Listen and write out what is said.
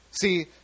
See